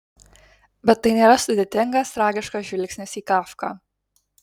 bet tai nėra sudėtingas tragiškas žvilgsnis į kafką